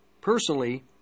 personally